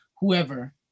whoever